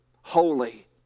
holy